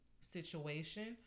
situation